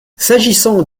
s’agissant